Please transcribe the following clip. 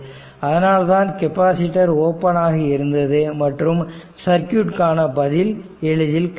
அதனால்தான் capacitor open ஆக இருந்தது மற்றும் சர்க்யூட்டுக்கான பதில் எளிதில் கிடைத்தது